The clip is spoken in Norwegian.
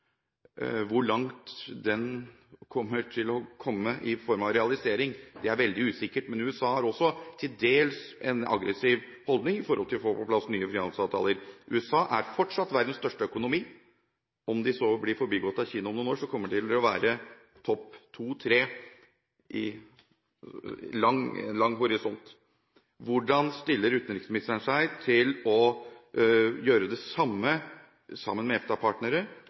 Hvor langt man kommer til å komme med den i form av realisering, er veldig usikkert, men USA har også til dels en aggressiv holdning for å få på plass nye finansavtaler. USA er fortsatt verdens største økonomi. Om de så blir forbigått av Kina om noen år, kommer de til å være nr. 2 eller 3 i en lang horisont. Hvordan stiller utenriksministeren seg til å gjøre det samme – sammen med